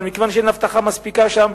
אבל מכיוון שאין אבטחה מספיקה שם,